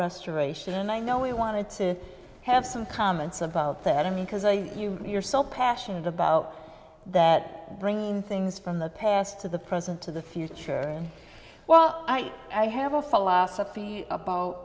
restoration and i know we wanted to have some comments about that in me because i you yourself passionate about that bringing things from the past to the present to the future and well i have a philosophy about